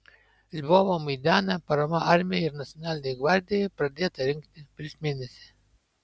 lvovo maidane parama armijai ir nacionalinei gvardijai pradėta rinkti prieš mėnesį